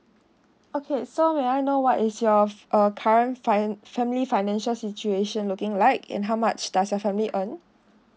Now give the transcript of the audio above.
okay so may I know what is your uh current finance family financial situation looking like and how much does your family earn